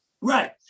Right